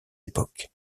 époques